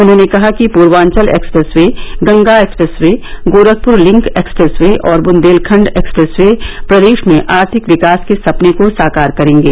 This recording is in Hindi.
उन्होंने कहा कि Purvanchal expressway Ganga expressway Gorakhpur link expressway और बुन्देलखण्ड एक्सप्रेस वे प्रदेश में आर्थिक विकास के सपने को साकार करेंगे